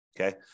okay